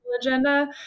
agenda